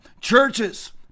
Churches